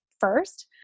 first